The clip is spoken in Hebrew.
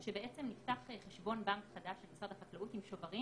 שנפתח חשבון בנק חדש של משרד החקלאות עם שוברים